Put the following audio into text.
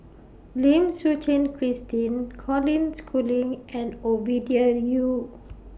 Lim Suchen Christine Colin Schooling and Ovidia Yu